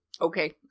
Okay